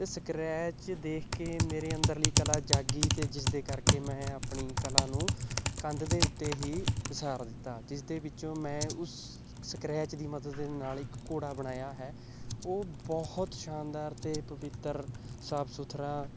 ਇਹ ਸਕਰੈਚ ਦੇਖ ਕੇ ਮੇਰੇ ਅੰਦਰਲੀ ਕਲਾ ਜਾਗੀ ਅਤੇ ਜਿਸ ਦੇ ਕਰਕੇ ਮੈਂ ਆਪਣੀ ਕਲਾ ਨੂੰ ਕੰਧ ਦੇ ਉੱਤੇ ਹੀ ਉਸਾਰ ਦਿੱਤਾ ਜਿਸ ਦੇ ਵਿੱਚੋਂ ਮੈਂ ਉਸ ਸਕਰੈਚ ਦੀ ਮਦਦ ਦੇ ਨਾਲ ਇੱਕ ਘੋੜਾ ਬਣਾਇਆ ਹੈ ਉਹ ਬਹੁਤ ਸ਼ਾਨਦਾਰ ਅਤੇ ਪਵਿੱਤਰ ਸਾਫ ਸੁਥਰਾ